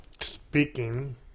speaking